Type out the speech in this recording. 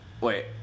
Wait